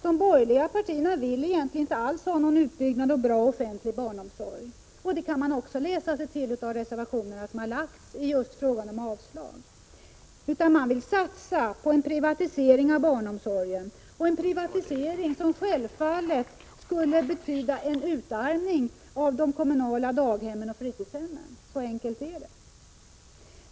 De borgerliga partierna vill inte alls ha någon utbyggnad av bra offentlig barnomsorg — det kan man också läsa sig till av reservationerna som har framlagts med yrkande om avslag — utan de vill satsa på en privatisering av barnomsorgen, en privatisering som självfallet skulle betyda en utarmning av de kommunala daghemmen och fritidshemmen. Så enkelt är det.